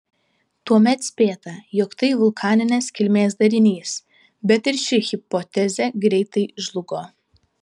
tuomet spėta jog tai vulkaninės kilmės darinys bet ir ši hipotezė greitai žlugo